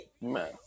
Man